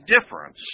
difference